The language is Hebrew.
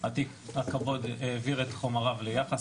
הקבו"ד העביר את חומריו ליח"ס,